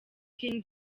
king